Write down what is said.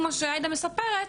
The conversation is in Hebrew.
כמו שעאידה מספרת,